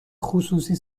خصوصی